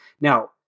Now